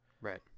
right